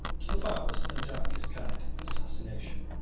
to the foulest and darkest kind of assassination.